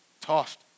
tossed